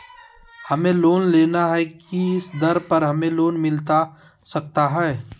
हमें लोन लेना है किस दर पर हमें लोन मिलता सकता है?